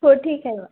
हो ठीक आहे मग